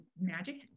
magic